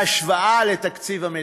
בהשוואה לתקציב המדינה.